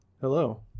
Hello